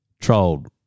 Trolled